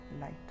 lighter